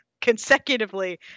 consecutively